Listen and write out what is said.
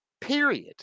Period